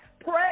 Pray